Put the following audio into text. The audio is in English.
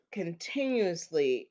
continuously